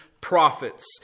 prophets